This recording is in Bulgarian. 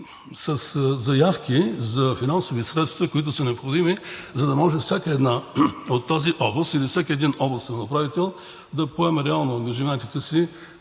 със заявки за финансови средства, които са необходими, за да може всяка една от тези области или всеки един областен управител да поеме реално ангажиментите си